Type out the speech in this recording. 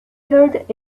heard